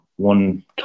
One